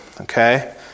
Okay